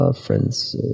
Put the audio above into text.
friends